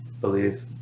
believe